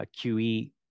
QE